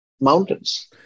mountains